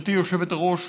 גברתי היושבת-ראש,